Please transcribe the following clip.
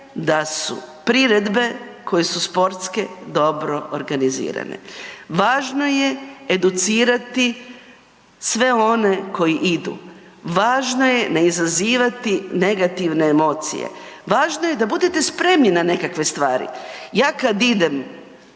da su priredbe koje su sportske dobro organizirane, važno je educirati sve one koji idu, važno je ne izazivati negativne emocije, važno je da budete spremni na nekakve stvari. Ja kad idem